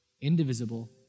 indivisible